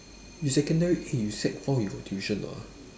you secondary eh you sec four you got tuition or not ah